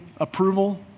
approval